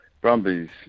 Brumbies